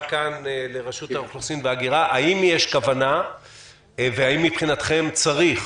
כאן לרשות האוכלוסין וההגירה: האם יש כוונה והם מבחינתכם צריך